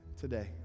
today